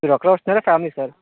మీరు ఒక్కరే వస్తున్నారా ఫామిలీ సార్